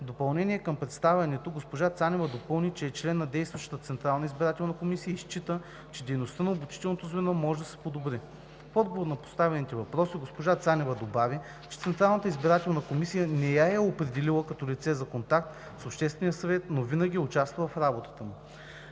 допълнение към представянето госпожа Цанева допълни, че е член на действащата Централна избирателна комисия и счита, че дейността на обучителното звено може да се подобри. В отговор на поставените въпроси госпожа Цанева добави, че Централната избирателна комисия не я е определила като лице за контакт с Обществения съвет, но винаги е участвала в работата му.